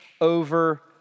over